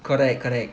correct correct